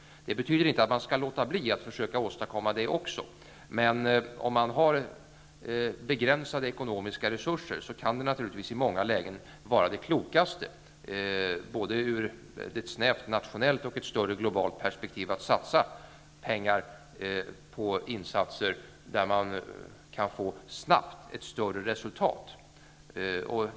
Det betyder inte att man skall låta bli att försöka åstadkomma det också. Men om man har begränsade ekonomiska resurser kan det naturligtvis i många lägen vara klokast, både ur snävt nationellt och större globalt perspektiv, att satsa pengar på insatser där man snabbt kan få ett större resultat.